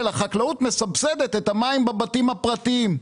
החקלאות מסבסדת את המים בבתים הפרטיים.